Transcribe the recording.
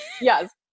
yes